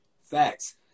facts